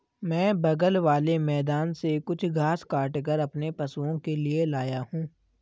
मैं बगल वाले मैदान से कुछ घास काटकर अपने पशुओं के लिए लाया हूं